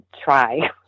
try